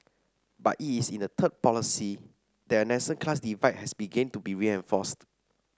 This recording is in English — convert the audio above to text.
but it is in the third policy that a nascent class divide has begun to be reinforced